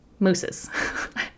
mousses